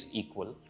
equal